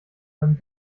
einem